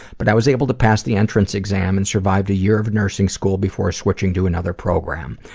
but i was able to pass the entrance exam and survive a year of nursing school before switching to another program.